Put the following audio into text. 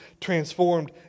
transformed